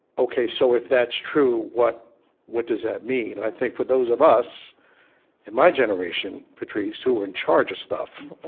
ok, so if that's true, what what does that mean? and i think for those of us in my generation, patrisse, who are in charge of stuff,